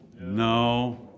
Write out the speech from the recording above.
No